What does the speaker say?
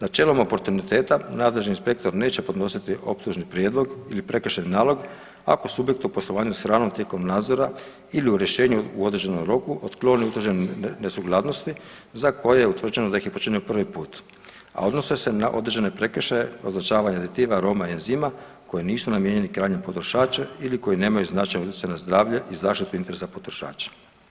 Načelom oportuniteta nadležni inspektor neće podnositi optužni prijedlog ili prekršajni nalog ako subjekt u poslovanju s hranom tijekom nadzora ili u rješenju u određenom roku otkloni utvrđene nesuglasnosti za koje je utvrđeno da ih je počinio prvi put, a odnose se na određene prekršaje označavanja aditiva, aroma i enzima koje nisu namijenjeni krajnjem potrošaču ili koji nemaju značajan utjecaj na zdravlje i zaštitu interesa potrošača.